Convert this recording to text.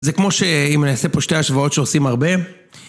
זה כמו שאם אני אעשה פה שתי השוואות שעושים הרבה.